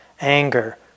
anger